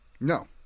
No